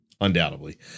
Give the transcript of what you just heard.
undoubtedly